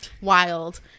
Wild